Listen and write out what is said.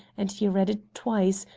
and he read it twice,